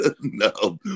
No